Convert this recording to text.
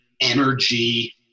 energy